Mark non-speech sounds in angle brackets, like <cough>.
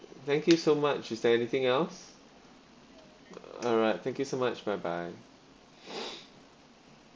thank you so much is there anything else alright thank you so much bye bye <noise>